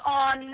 on